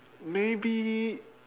maybe